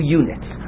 units